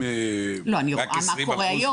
לא, אני רואה מה קורה היום.